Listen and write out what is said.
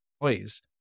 employees